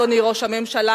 אדוני ראש הממשלה,